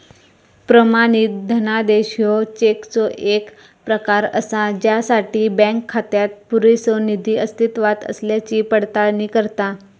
प्रमाणित धनादेश ह्यो चेकचो येक प्रकार असा ज्यासाठी बँक खात्यात पुरेसो निधी अस्तित्वात असल्याची पडताळणी करता